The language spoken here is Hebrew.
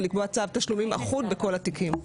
ולקבוע צו תשלומים אחוד בכל התיקים.